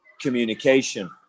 communication